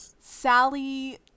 Sally